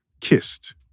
kissed